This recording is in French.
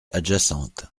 adjacente